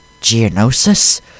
Geonosis